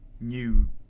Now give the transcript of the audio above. new